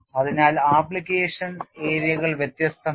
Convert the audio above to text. അതിനാൽ ആപ്ലിക്കേഷൻ ഏരിയകൾ വ്യത്യസ്തമാണ്